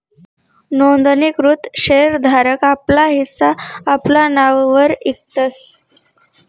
नोंदणीकृत शेर धारक आपला हिस्सा आपला नाववर इकतस